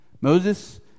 Moses